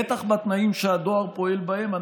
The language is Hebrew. בטח בתנאים שהדואר פועל בהם,